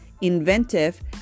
inventive